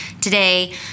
today